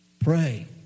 Pray